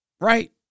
right